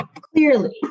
clearly